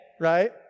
right